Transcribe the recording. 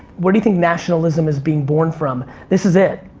where do you think nationalism is being born from? this is it.